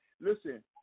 listen